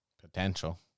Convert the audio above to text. Potential